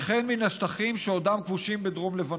וכן מן השטחים שעודם כבושים בדרום לבנון,